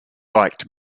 liked